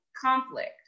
conflict